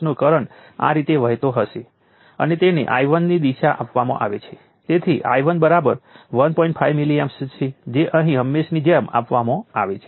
અને અંતે આપણે તે કરી શકીએ છીએ જ્યાં V નેગેટિવ છે જ્યારે ડેરિવેટિવ પોઝિટિવ છે કારણ કે વોલ્ટેજ વધી રહ્યા છે અને કેપેસિટર પાવર ડીલીવર કરી રહ્યું છે